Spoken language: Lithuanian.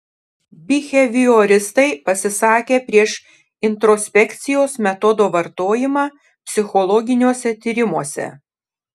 bihevioristai pasisakė prieš introspekcijos metodo vartojimą psichologiniuose tyrimuose